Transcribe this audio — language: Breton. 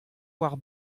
war